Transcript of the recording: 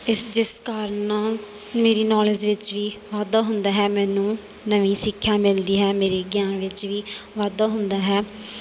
ਇਸ ਜਿਸ ਕਾਰਨ ਮੇਰੀ ਨੌਲੇਜ ਵਿੱਚ ਵੀ ਵਾਧਾ ਹੁੰਦਾ ਹੈ ਮੈਨੂੰ ਨਵੀਂ ਸਿੱਖਿਆ ਮਿਲਦੀ ਹੈ ਮੇਰੇ ਗਿਆਨ ਵਿੱਚ ਵੀ ਵਾਧਾ ਹੁੰਦਾ ਹੈ